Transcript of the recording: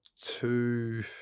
two